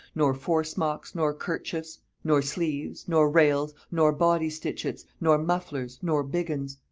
nor foresmocks, nor kerchiefs, nor sleeves, nor rails, nor body-stitchets, nor mufflers, nor biggins.